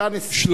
שלושה.